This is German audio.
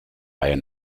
reihe